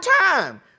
time